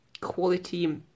quality